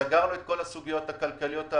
סגרנו את כל הסוגיות הכלכליות-כספיות,